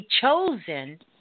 chosen